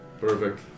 Perfect